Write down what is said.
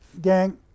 gang